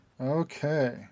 Okay